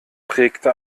prägte